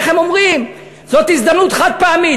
איך הם אומרים: זאת הזדמנות חד-פעמית,